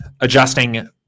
adjusting